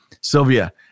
Sylvia